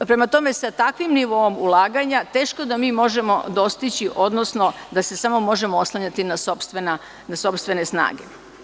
Prema tome, sa takvim nivoom ulaganja teško da mi možemo dostići, odnosno da se samo možemo oslanjati na sopstvene snage.